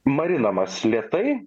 marinamas lėtai